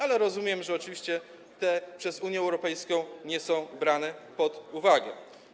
Ale rozumiem, że oczywiście ta przez Unię Europejską nie jest brana pod uwagę.